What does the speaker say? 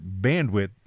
bandwidth